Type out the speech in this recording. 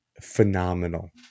Phenomenal